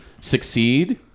succeed